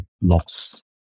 loss